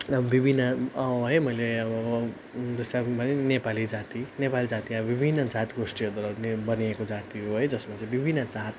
अब विभिन्न है मैले अब जस्तै अब भने नि नेपाली जाति नेपाली जाति अब विभिन्न जात गोष्ठीद्वारा बनिएको जाति हो है जसमा चाहिँ विभिन्न जात